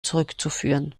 zurückzuführen